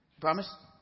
Promise